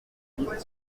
église